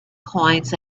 coins